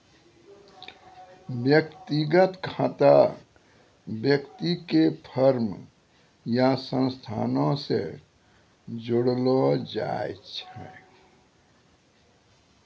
व्यक्तिगत खाता व्यक्ति के फर्म या संस्थानो से जोड़लो जाय छै